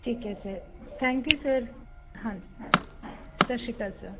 ਠੀਕ ਹੈ sir thank you sir ਹਾਂਜੀ ਸ਼ੱਸ਼ੀਕਾਲ ਸਰ